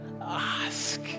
ask